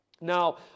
Now